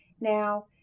Now